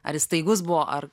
ar jis staigus buvo ar